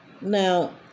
Now